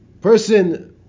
Person